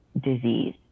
disease